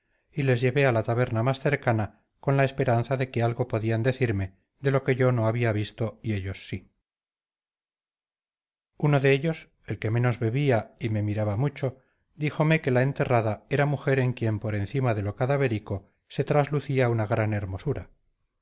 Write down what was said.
y les llevé a la taberna más cercana con la esperanza de que algo podían decirme de lo que yo no había visto y ellos sí uno de ellos el que menos bebía y me miraba mucho díjome que la enterrada era mujer en quien por encima de lo cadavérico se traslucía una gran hermosura